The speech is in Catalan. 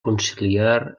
conciliar